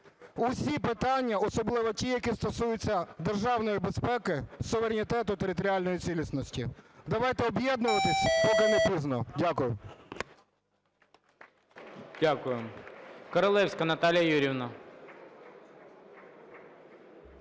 усі питання, особливо ті, які стосуються державної безпеки, суверенітету, територіальної цілісності. Давайте об'єднуватися, поки не пізно. Дякую.